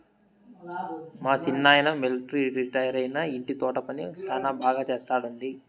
మా సిన్నాయన మిలట్రీ రిటైరైనా ఇంటి తోట పని శానా బాగా చేస్తండాడు